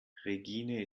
regine